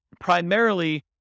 primarily